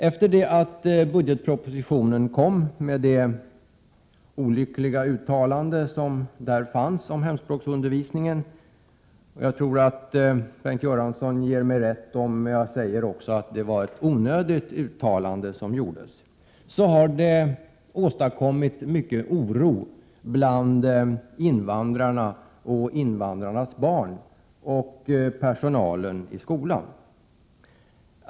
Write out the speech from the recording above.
Efter det att budgetpropositionen kom, med det olyckliga uttalandet om hemspråksundervisningen — jag tror att Bengt Göransson ger mig rätt om jag säger att det var ett onödigt uttalande som gjordes — har det åstadkommit mycken oro bland invandrarna, deras barn och personalen i skolan.